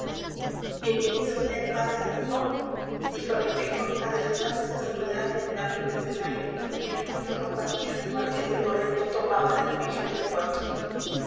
venido sea el padre salmón dijo requejo adelantándose a saludar al venerable mercenario que en la noble compañía del marqués de porreño tomaba de la virgen del puerto